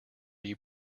you